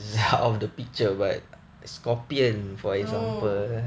orh